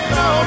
no